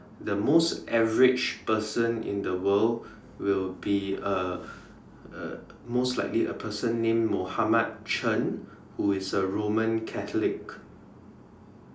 the most average person in the world will be a a most likely a person names Mohammad-Chen who is a roman catholic